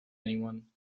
anyone